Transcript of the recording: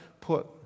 put